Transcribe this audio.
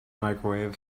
microwave